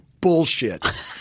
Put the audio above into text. bullshit